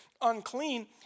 unclean